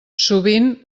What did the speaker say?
sovint